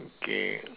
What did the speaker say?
okay